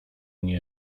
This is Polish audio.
nie